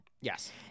Yes